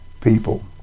people